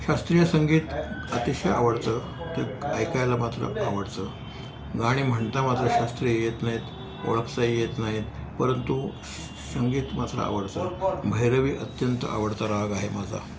शास्त्रीय संगीत अतिशय आवडतं ते ऐकायला मात्र आवडतं गाणी म्हणता मात्र शास्त्रीय येत नाहीत ओळखताही येत नाहीत परंतु संगीत मात्र आवडतं भैरवी अत्यंत आवडता राग आहे माझा